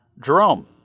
Jerome